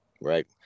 right